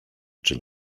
czy